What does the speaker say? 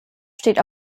steht